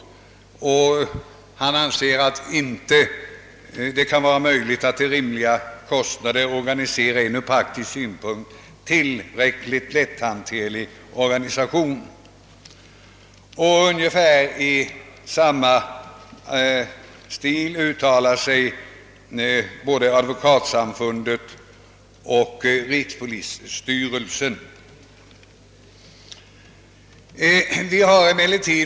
Det kan inte vara möjligt, säger han, att till rimliga kostnader organisera en ur praktisk synpunkt tillräckligt lätthanterlig organisation med valda förhörsvittnen. På ungefär samma sätt uttalar sig både Sveriges advokatsamfund och rikspolisstyrelsen.